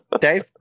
Dave